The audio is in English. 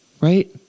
Right